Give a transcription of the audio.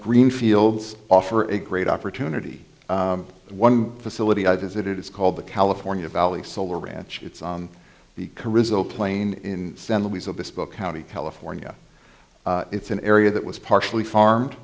green fields offer a great opportunity one facility i visited it's called the california valley solar ranch it's become result plane in san luis obispo county california it's an area that was partially farmed